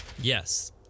Yes